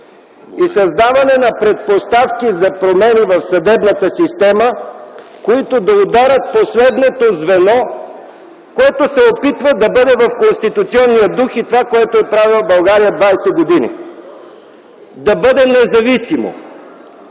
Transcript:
и създаване на предпоставки за промени в съдебната система, които да ударят последното звено, което се опитва да бъде в конституционния дух и това, което е правила в България 20 години – да бъде независима.